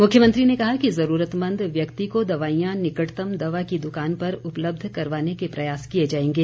मुख्यमंत्री ने कहा कि ज़रूरतमंद व्यक्ति को दवाईयां निकटतम दवा की दुकान पर उपलब्ध करवाने के प्रयास किए जाएंगे